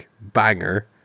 banger